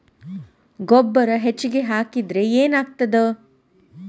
ಗೊಬ್ಬರ ಹೆಚ್ಚಿಗೆ ಹಾಕಿದರೆ ಏನಾಗ್ತದ?